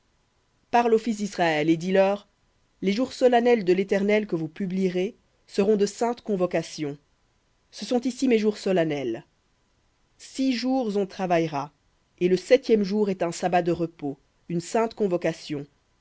aux fils d'israël et dis-leur les jours solennels de l'éternel que vous publierez seront de saintes convocations ce sont ici mes jours solennels six jours on travaillera et le septième jour est un sabbat de repos une sainte convocation